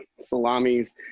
Salamis